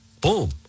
boom